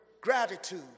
gratitude